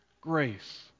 Grace